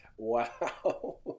wow